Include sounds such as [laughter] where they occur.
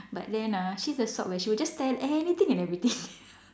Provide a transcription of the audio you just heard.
but then ah she's the sort where she will just tell anything and everything [laughs]